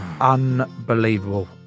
unbelievable